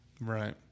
right